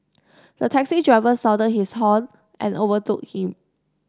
the taxi driver sounded his horn and overtook him